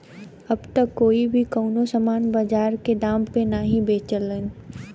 अब त कोई भी कउनो सामान बाजार के दाम पे नाहीं बेचलन